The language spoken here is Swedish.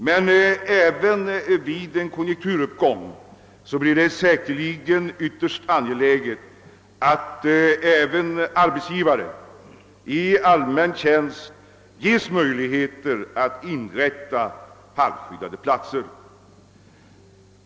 Men även vid en konjunkturuppgång blir det säkerligen ytterst angeläget att också åt arbetsgivare i allmän tjänst ges möjligheter att inrätta halvskyddade platser.